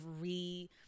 re